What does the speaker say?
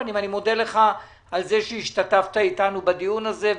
אני מודה לך שהשתתפת בדיון הזה.